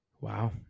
wow